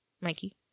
Mikey